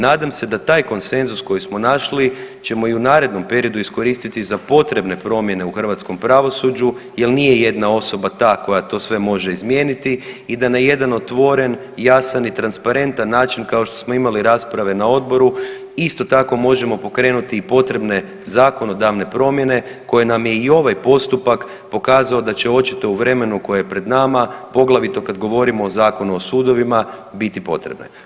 Nadam se da taj konsenzus koji smo našli ćemo i u narednom periodu iskoristiti za potrebne promjene u hrvatskom pravosuđu jer nije jedna osoba ta koja sve to može izmijeniti i da na jedan otvoren, jasan i transparentan način kao što smo imali rasprave na odboru isto tako možemo pokrenuti i potrebne zakonodavne promjene koje nam je i ovaj postupak pokazao da će očito u vremenu pred nama, poglavito kad govorimo o Zakonu o sudovima, biti potrebne.